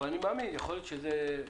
אבל אני מאמין שיכול להיות שיש